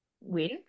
win